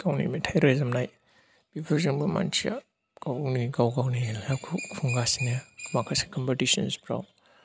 गावनि मेथाइ रोजाबनाय बेफोरजोंबो मानसिया गावनि गाव गावनि लाइफखौ खुंगासिनो माखासे कम्पिटिसन्सफ्राव